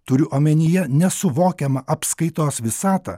turiu omenyje nesuvokiamą apskaitos visatą